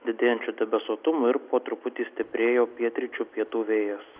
didėjančiu debesuotumu ir po truputį stiprėjo pietryčių pietų vėjas